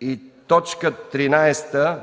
и т. 13